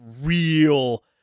real